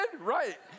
Right